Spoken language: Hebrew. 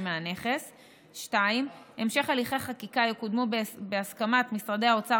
מהנכס"; 2. המשך הליכי החקיקה יקודמו בהסכמת משרדי האוצר,